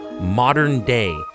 modern-day